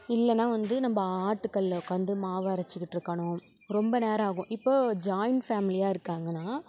இல்லைனா வந்து நம்ம ஆட்டுக்கல்லில் உக்கார்ந்து மாவு அரைச்சுக்கிட்டு இருக்கணும் ரொம்ப நேரம் ஆகும் இப்போ ஜாயின் ஃபேமிலியாக இருக்காங்கன்னா